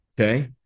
okay